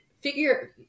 figure